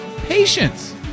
patience